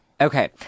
Okay